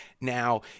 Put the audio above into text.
Now